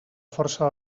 força